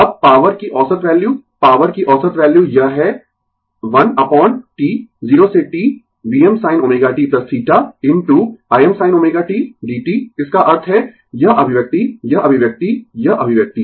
अब पॉवर की औसत वैल्यू पॉवर की औसत वैल्यू यह है 1 अपोन T 0 से T Vm sin ω t θ into Imsin ω t dt इसका अर्थ है यह अभिव्यक्ति यह अभिव्यक्ति यह अभिव्यक्ति